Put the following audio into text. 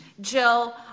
Jill